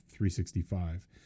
365